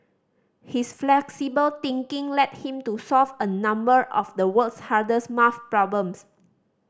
his flexible thinking led him to solve a number of the world's hardest maths problems